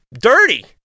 dirty